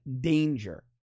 danger